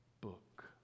book